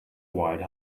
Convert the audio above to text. wide